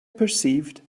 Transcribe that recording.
perceived